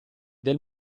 del